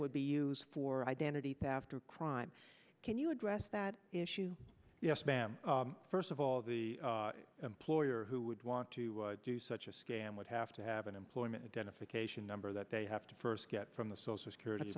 would be used for identity theft or crime can you address that issue yes ma'am first of all the employer who would want to do such a scam would have to have an employment identification number that they have to first get from the social security